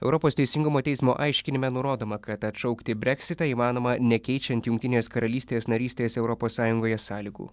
europos teisingumo teismo aiškinime nurodoma kad atšaukti breksitą įmanoma nekeičiant jungtinės karalystės narystės europos sąjungoje sąlygų